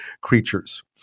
creatures